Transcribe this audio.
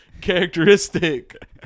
characteristic